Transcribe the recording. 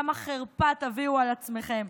כמה חרפה תביאו על עצמכם?